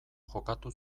jokatu